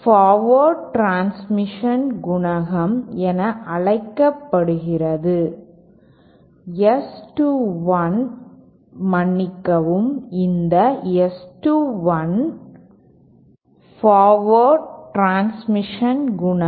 forward transmission குணகம் என அழைக்கப்படுகிறது S 2 1 மன்னிக்கவும் இந்த S 2 1 ஃபார்வர்ட் டிரான்ஸ்மிஷன் குணகம்